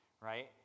right